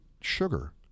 sugar